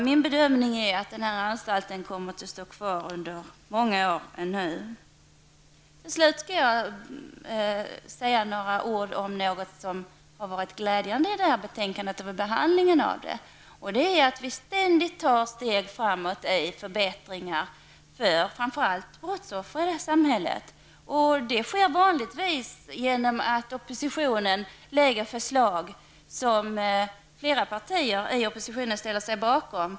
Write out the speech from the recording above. Min bedömning är alltså att anstalten kommer att stå kvar under många år ännu. Slutligen några ord om något som varit glädjande vid behandlingen i utskottet. Vi tar ständigt steg framåt och får förbättringar för framför allt brottsoffren i samhället. Det sker vanligtvis så att någon i oppositionen lägger fram förslag som flera partier i oppositionen ställer sig bakom.